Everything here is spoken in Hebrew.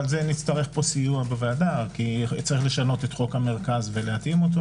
אבל נצטרך סיוע בוועדה כי נצטרך לשנות את חוק המרכז ולהתאים אותו.